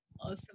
Awesome